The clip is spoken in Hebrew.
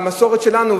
במסורת שלנו,